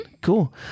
Cool